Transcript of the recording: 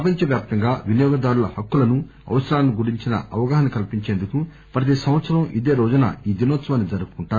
ప్రపంచ వ్యాప్తంగా వినియోగదారుల హక్కులను అవసరాలను గురించిన అవగాహన కల్పించేందుకు ప్రతి సంవత్సరం ఇదే రోజున ఈ దినోత్సవాన్ని జరుపుకుంటారు